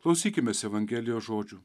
klausykimės evangelijos žodžių